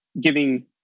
giving